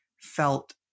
felt